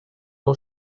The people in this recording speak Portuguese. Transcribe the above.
não